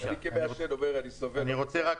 אני חושב